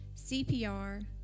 CPR